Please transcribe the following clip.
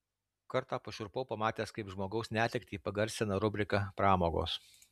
kartą pašiurpau pamatęs kaip žmogaus netektį pagarsina rubrika pramogos